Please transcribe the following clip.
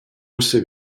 ussa